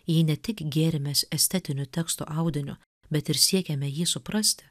jei ne tik gėrimės estetiniu teksto audiniu bet ir siekiame jį suprasti